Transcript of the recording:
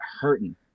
hurting